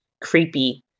creepy